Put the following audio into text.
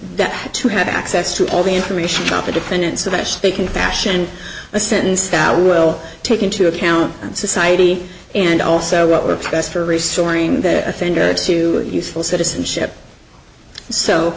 that to have access to all the information about the defendants the best they can fashion a sentence that will take into account society and also what works best for restoring the offender to useful citizenship so